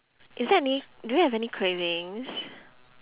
is there any do you have any cravings